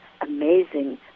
amazing